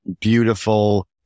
beautiful